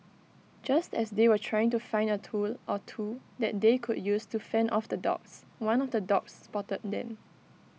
just as they were trying to find A tool or two that they could use to fend off the dogs one of the dogs spotted them